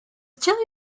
chilli